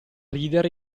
ridere